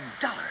Dollar